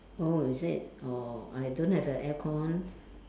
oh is it oh I don't have the aircon